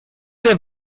den